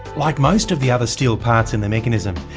like most of the other steel parts in the mechanism,